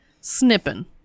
snipping